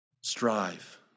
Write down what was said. strive